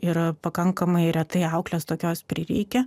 ir pakankamai retai auklės tokios prireikia